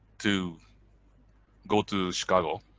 to go to chicago.